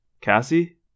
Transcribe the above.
Cassie